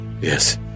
Yes